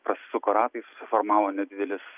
prasisuko ratai susiformavo nedidelis